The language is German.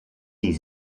sie